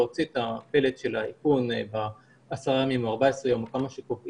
להוציא את הפלט של האיכון בעשרה הימים או 14 ימים או כל מה שקובעים,